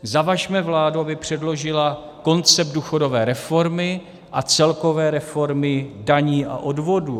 Zavažme vládu, aby předložila koncept důchodové reformy a celkové reformy daní a odvodů.